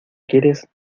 quieres